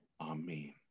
Amen